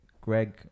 Greg